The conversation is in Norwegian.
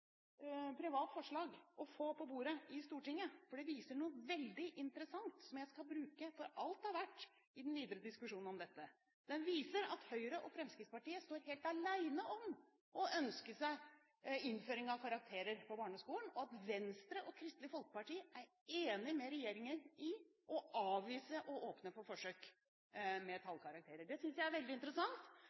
privat forslag å få på bordet i Stortinget, for det viser noe veldig interessant som jeg skal bruke for alt det er verdt i den videre diskusjonen om dette. Det viser at Høyre og Fremskrittspartiet står helt alene om å ønske seg innføring av karakterer i barneskolen, og at Venstre og Kristelig Folkeparti er enig med regjeringen i å avvise å åpne for forsøk med tallkarakterer. Det synes jeg er veldig interessant,